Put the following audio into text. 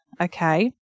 Okay